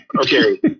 Okay